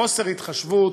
בחוסר התחשבות,